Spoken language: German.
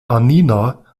annina